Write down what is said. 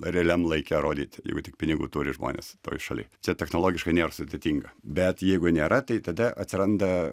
realiam laike rodyt jeigu tik pinigų turi žmonės toj šaly čia technologiškai nėr sudėtinga bet jeigu nėra tai tada atsiranda